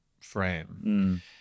frame